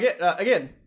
Again